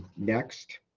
next,